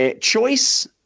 Choice